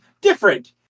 different